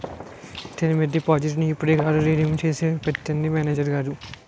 term డిపాజిట్టును ఇప్పుడే నాకు రిడీమ్ చేసి పెట్టండి మేనేజరు గారు